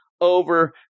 over